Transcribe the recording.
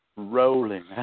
rolling